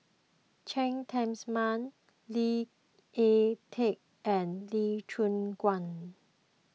Cheng Tsang Man Lee Ek Tieng and Lee Choon Guan